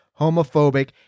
homophobic